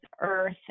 earth